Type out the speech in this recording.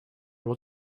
will